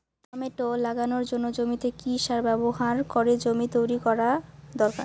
Tomato লাগানোর জন্য জমিতে কি সার ব্যবহার করে জমি তৈরি করা দরকার?